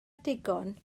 digon